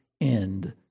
end